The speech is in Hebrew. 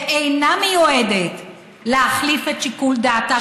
היא אינה מיועדת להחליף את שיקול דעתה